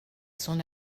son